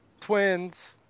Twins